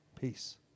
Peace